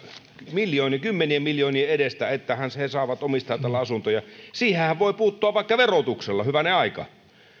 kymmenien miljoonien edestä että he saavat omistaa täällä asuntoja siihenhän voi puuttua vaikka verotuksella hyvänen aika